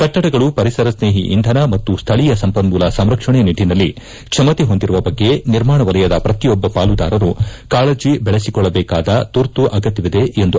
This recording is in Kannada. ಕಟ್ಟಡಗಳು ಪರಿಸರ ಸ್ನೇಹಿ ಇಂಧನ ಮತ್ತು ಸ್ಥಳೀಯ ಸಂಪನ್ನೂಲ ಸಂರಕ್ಷಣೆ ನಿಟ್ಟನಲ್ಲಿ ಕ್ಷಮತೆ ಹೊಂದಿರುವ ಬಗ್ಗೆ ನಿರ್ಮಾಣ ವಲಯದ ಪ್ರತಿಯೊಬ್ಬ ಪಾಲುದಾರರು ಕಾಳಜಿ ಬೆಳಸಿಕೊಳ್ಳಬೇಕಾದ ತುರ್ತು ಅಗತ್ಯವಿದೆ ಎಂದು ಅವರು ಪ್ರಸ್ತಾಪಿಸಿದರು